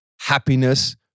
happiness